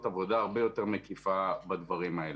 עבודה הרבה יותר מקיפה בדברים האלה.